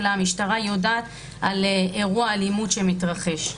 אלא המשטרה יודעת על אירוע אלימות שמתרחש.